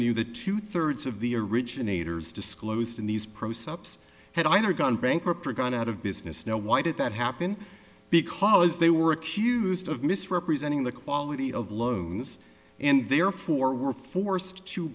knew the two thirds of the originators disclosed in these process had either gone bankrupt or gone out of business now why did that happen because they were accused of misrepresenting the quality of loans and therefore were forced to